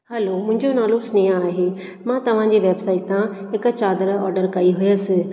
hello मुंहिंजो नालो स्नेहा आहे मां तव्हां जे वेबसाइट ता हिकु चादरु ऑर्डर कई हुयसि